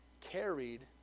carried